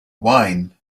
wine